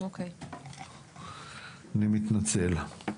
אני מתנצל.